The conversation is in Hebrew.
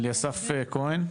אליסף כהן.